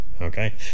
Okay